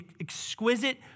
exquisite